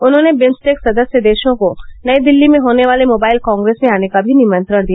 उन्होंने बिम्स्टेक सदस्य देशों को नई दिल्ली में होने वाले मोबाइल कॉग्रेस में आने का भी निमंत्रण दिया